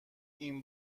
این